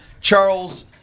Charles